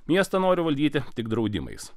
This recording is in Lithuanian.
miestą nori valdyti tik draudimais